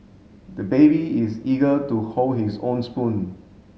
the baby is eager to hold his own spoon